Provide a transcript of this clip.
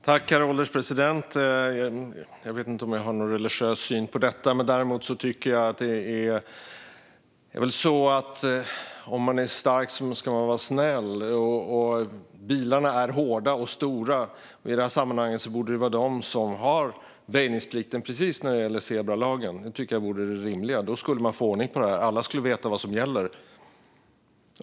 Herr ålderspresident! Jag vet inte om jag har någon religiös syn på detta. Däremot tycker jag att den som är stark ska vara snäll. Bilarna är hårda och stora, och i detta sammanhang borde det vara de som har väjningsplikt, precis som när det gäller zebralagen. Det tycker jag vore det rimliga. Då skulle man få ordning på detta - alla skulle veta vad som gäller.